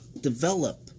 develop